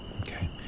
Okay